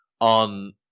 on